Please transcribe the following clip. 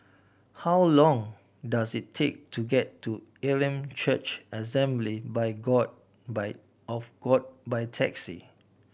how long does it take to get to Elim Church Assembly by God by of God by taxi